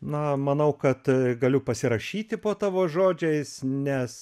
na manau kad a galiu pasirašyti po tavo žodžiais nes